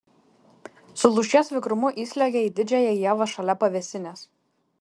su lūšies vikrumu įsliuogė į didžiąją ievą šalia pavėsinės